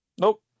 Nope